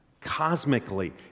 Cosmically